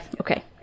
Okay